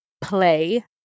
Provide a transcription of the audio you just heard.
play